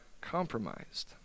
compromised